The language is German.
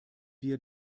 wir